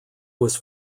was